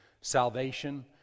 Salvation